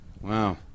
Wow